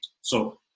So-